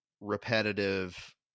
repetitive